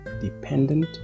dependent